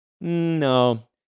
no